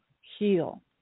heal